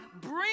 bring